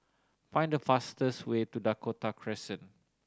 find the fastest way to Dakota Crescent